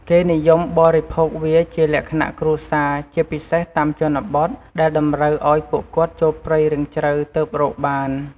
គេនិយមបរិភោគវាជាលក្ខណៈគ្រួសារ ជាពិសេសតាមជនបទ ដែលតម្រូវឱ្យពួកគាត់ចូលព្រៃរាងជ្រៅទើបរកបាន។